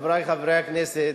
חברי חברי הכנסת,